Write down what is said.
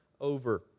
over